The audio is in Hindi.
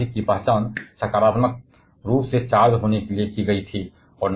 भारी नाभिक की पहचान सकारात्मक रूप से चार्ज होने के लिए की गई थी